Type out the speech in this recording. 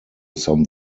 some